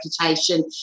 reputation